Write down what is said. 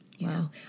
Wow